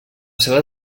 seva